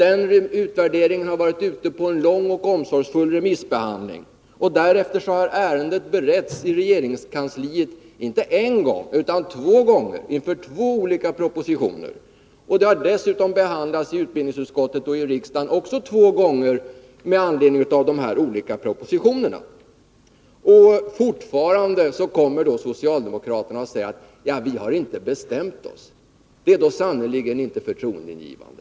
Denna utvärdering har varit ute på en lång och omsorgsfull remissbehandling. Därefter har ärendet beretts i regeringskansliet inte en utan två gånger inför två olika propositioner. Det har dessutom behandlats två gånger i utbildningsutskottet och riksdagen med anledning av dessa olika propositioner. Fortfarande säger socialdemokraterna: Vi har inte bestämt oss. Det är då sannerligen inte förtroendeingivande.